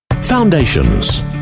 Foundations